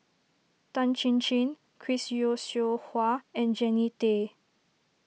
Tan Chin Chin Chris Yeo Siew Hua and Jannie Tay